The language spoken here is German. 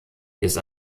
ist